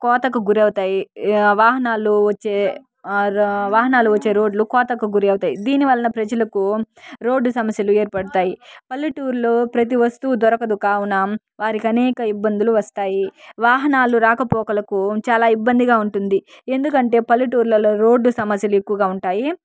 కోతకు గురవుతాయి వాహనాలు వచ్చే ర వాహనాలు వచ్చే రోడ్లు కోతకు గురి అవుతాయి దీని వలన ప్రజలకు రోడ్డు సమస్యలు ఏర్పడతాయి పల్లెటూర్లో ప్రతి వస్తువు దొరకదు కావున వారికి అనేక ఇబ్బందులు వస్తాయి వాహనాల రాకపోకలకు చాలా ఇబ్బందిగా ఉంటుంది ఎందుకంటే పల్లెటూర్లలో రోడ్డు సమస్యలు ఎక్కువగా ఉంటాయి